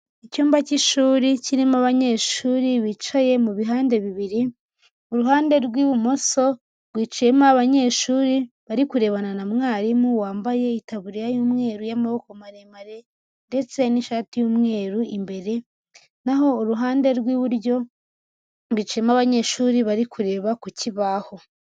Icyumba cy'ishuri kirimo abanyeshuri bicaye mu bihande bibiri, ku ruhande rw'ibumoso rwicayemo abanyeshuri bari kurebana na mwarimu wambaye itaburiya y'umweru y'amaboko maremare ndetse n'ishati y'umweru imbere, naho uruhande rw'iburyo bicayemo abanyeshuri bari kureba ku kibahu.